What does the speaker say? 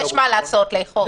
יש מה לעשות לאכוף.